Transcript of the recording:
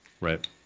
right